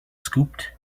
scooped